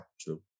True